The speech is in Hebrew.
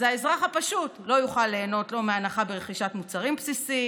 אז האזרח הפשוט לא יוכל ליהנות מהנחה ברכישת מוצרים בסיסיים